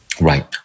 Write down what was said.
Right